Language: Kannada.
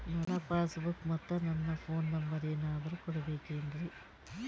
ನನ್ನ ಪಾಸ್ ಬುಕ್ ಮತ್ ನನ್ನ ಫೋನ್ ನಂಬರ್ ಏನಾದ್ರು ಕೊಡಬೇಕೆನ್ರಿ?